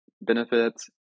benefits